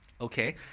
Okay